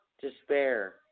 despair